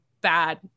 bad